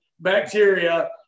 bacteria